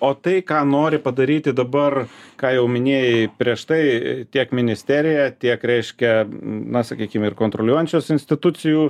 o tai ką nori padaryti dabar ką jau minėjai prieš tai tiek ministerija tiek reiškia na sakykim ir kontroliuojančios institucijų